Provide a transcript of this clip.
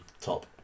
top